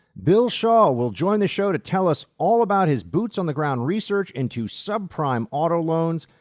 bill shaw will join the show to tell us all about his boots on the ground research into subprime auto loans,